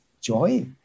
joy